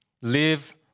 Live